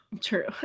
True